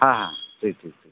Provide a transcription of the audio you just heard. ᱦᱮᱸ ᱦᱮᱸ ᱴᱷᱤᱠ ᱴᱷᱤᱠ